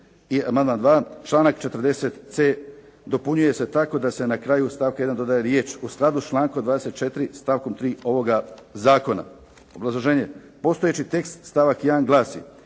I amandman 2, članak 40.c dopunjuje se tako da se na kraju stavka 1. dodaje riječ: "u skladu s člankom 24. stavkom 3. ovoga zakona." Obrazloženje. Postojeći tekst stavak 1. glasi: